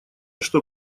что